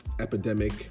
epidemic